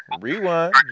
Rewind